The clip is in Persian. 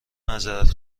معذرت